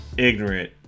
ignorant